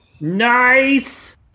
Nice